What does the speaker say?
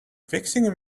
fixing